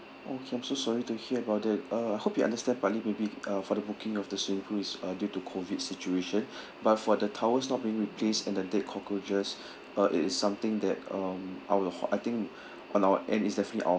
okay I'm so sorry to hear about that uh hope you understand partly maybe uh for the booking of the swimming pool is uh due to COVID situation but for the towels not being replaced and the dead cockroaches uh it is something that um our ho~ I think on our end it's definitely our